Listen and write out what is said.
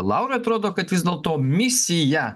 laurui atrodo kad vis dėlto misija